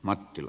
matti l